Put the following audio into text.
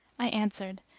i answered,